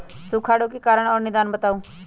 सूखा रोग के कारण और निदान बताऊ?